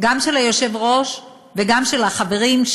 גם של היושב-ראש וגם של החברים,